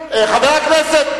חבר הכנסת.